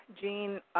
Gene